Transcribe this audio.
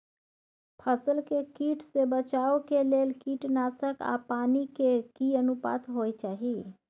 फसल के कीट से बचाव के लेल कीटनासक आ पानी के की अनुपात होय चाही?